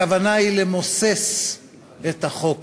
הכוונה היא למוסס את החוק